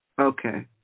Okay